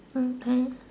okay